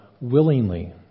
willingly